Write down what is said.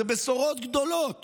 אלה בשורות גדולות